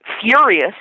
furious